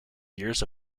years